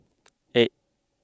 eight